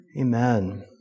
Amen